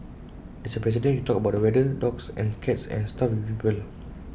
as A president you talk about the weather dogs and cats and stuff with people